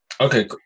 Okay